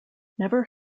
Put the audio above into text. never